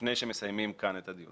לפני שמסיימים כאן את הדיון.